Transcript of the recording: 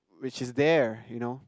which is there you know